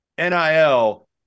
NIL